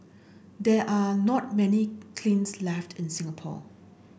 there are not many kilns left in Singapore